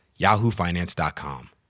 yahoofinance.com